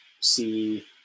see